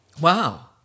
Wow